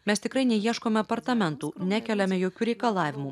mes tikrai neieškome apartamentų nekeliame jokių reikalavimų